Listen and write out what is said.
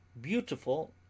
Beautiful